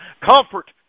comfort